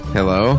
Hello